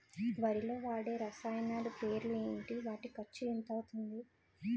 వరిలో వాడే రసాయనాలు పేర్లు ఏంటి? వాటి ఖర్చు ఎంత అవతుంది?